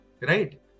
right